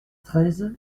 treize